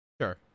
Sure